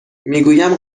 میگویم